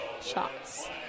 shots